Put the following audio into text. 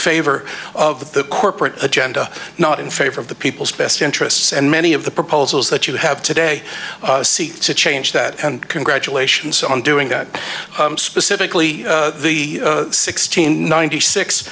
favor of the corporate agenda not in favor of the people's best interests and many of the proposals that you have today seek to change that and congratulations on doing that specifically the sixteen ninety six